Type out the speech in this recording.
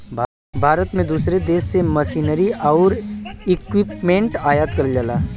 भारत में दूसरे देश से मशीनरी आउर इक्विपमेंट आयात करल जाला